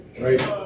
right